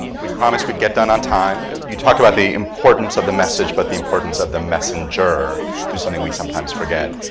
we promised we'd get done on time. you talked about the importance of the message but the importance of the messenger is something we sometimes forget.